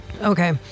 okay